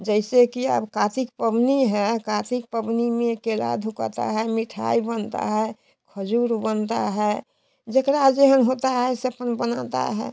जैसे कि अब कार्तिक पवनी है कार्तिक पवनी मे केला धुकाता है मिठाई बनता है खजूर बनता है जेकरा अजेहन होता है सबन बनाता है